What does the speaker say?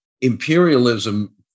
imperialism